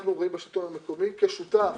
אנחנו רואים בשלטון המקומי כשותף